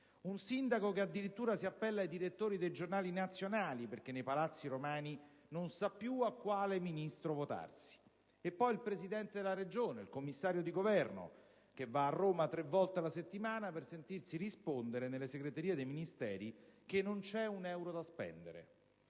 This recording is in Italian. Un Sindaco che addirittura si appella ai direttori dei giornali nazionali perché nei palazzi romani non sa più a quale Ministro votarsi. E poi il Presidente della Regione, il commissario di Governo, che va a Roma tre volte alla settimana per sentirsi rispondere, nelle segreterie dei Ministeri, che non c'è un euro da spendere.